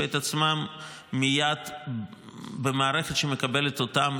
את עצמם מייד במערכת שמקבלת אותם,